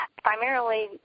primarily